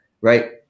Right